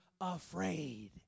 afraid